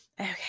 Okay